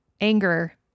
anger